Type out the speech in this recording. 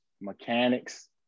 mechanics